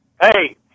Hey